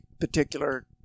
particular